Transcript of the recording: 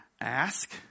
ask